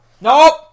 Nope